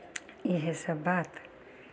इएहसभ बात